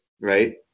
right